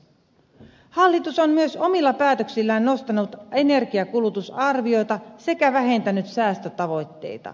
hallitus on myös omilla päätöksillään nostanut energiankulutusarviota sekä vähentänyt säästötavoitteita